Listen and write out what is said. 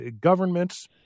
governments